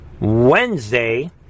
Wednesday